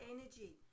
Energy